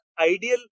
ideal